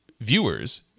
viewers